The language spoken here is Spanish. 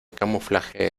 camuflaje